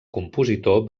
compositor